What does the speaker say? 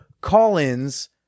call-ins